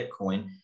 Bitcoin